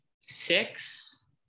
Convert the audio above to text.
six